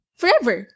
forever